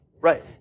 Right